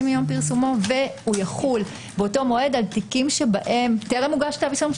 מיום פרסומו ויחול באותו מועד על תיקים שבהם טרם הוגש כתב אישום,